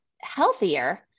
healthier